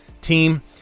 team